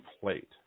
plate